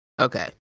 Okay